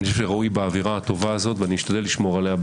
ראוי באווירה הטובה הזו ואשתדל לשמור עליה,